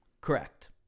Correct